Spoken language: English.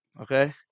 okay